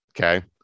okay